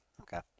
Okay